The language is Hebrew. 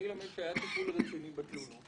אני למד שהיה טיפול ראשוני בתלונה,